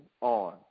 on